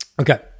Okay